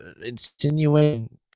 insinuating